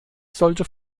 sollte